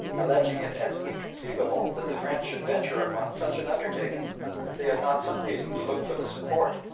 alleging it as inconceivable that the french should venture upon such an undertaking if they had not some reason to look for the support,